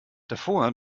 davor